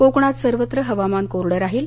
कोकणात सर्वत्र हवामन कोरड राहील